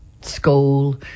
school